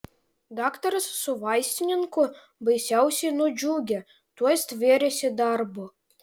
daktaras su vaistininku baisiausiai nudžiugę tuoj stvėrėsi darbo